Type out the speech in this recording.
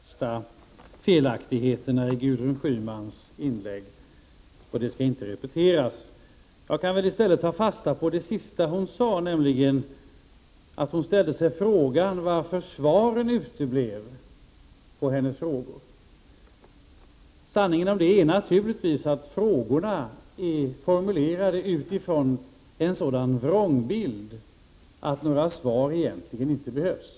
Herr talman! Hadar Cars har delvis gått till rätta med de värsta felaktigheterna i Gudrun Schymans inlägg, och det skall inte repeteras. Jag kan i stället ta fasta på det sista som hon sade. Hon undrade varför svaren på hennes frågor uteblev. Sanningen är naturligtvis den att frågorna är formulerade utifrån en sådan vrångbild att några svar egentligen inte behövs.